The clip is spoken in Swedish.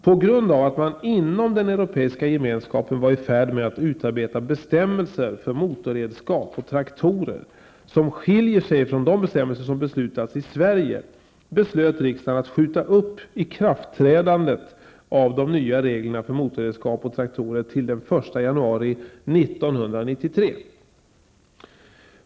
På grund av att man inom den Europeiska gemenskapen var i färd med att utarbeta bestämmelser för motorredskap och traktorer som skiljer sig från de bestämmelser som beslutats i Sverige beslöt riksdagen att skjuta upp ikraftträdandet av de nya reglerna för motorredskap och traktorer till den 1 januari 1993.